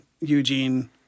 Eugene